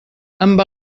amb